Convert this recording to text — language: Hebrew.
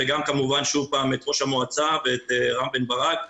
וגם כמובן שוב פעם את ראש המועצה ואת רם בן ברק,